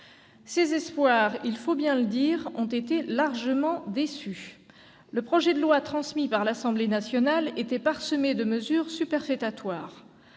Ces espoirs, il faut bien le dire, ont été largement déçus. Le projet de loi transmis par l'Assemblée nationale était parsemé de mesures superfétatoires.